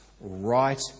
right